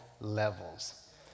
levels